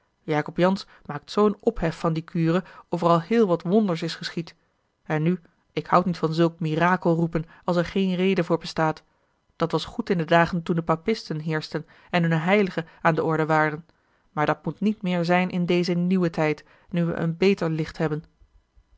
jacob jansz maakt zoo'n ophef van die kure of er al heel wat wonders is geschied en nu ik houd niet van zulk mirakel roepen als er geen reden voor bestaat dat was goed in de dagen toen de papisten heerschten en hunne heiligen aan de orde waren maar dat moet niet meer zijn in dezen nieuwen tijd nu we een beter licht hebben